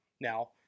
now